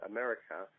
America